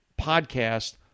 podcast